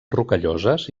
rocalloses